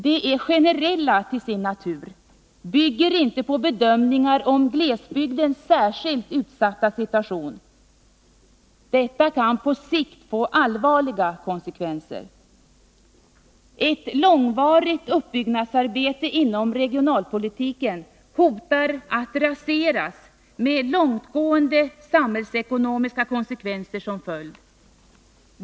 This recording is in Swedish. De är generella till sin natur, bygger inte på bedömningar och glesbygdens särskilt utsatta situation. Detta kan på sikt få allvarliga konsekvenser. Ett långvarigt uppbyggnadsarbete inom regionalpolitiken hotar att raseras med långtgående samhällsekonomiska konsekvenser.